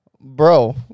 Bro